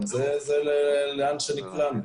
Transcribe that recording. אבל זה לאן שנקלענו.